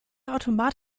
automat